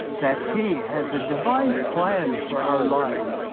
that he has a divine plan for our lives,